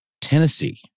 Tennessee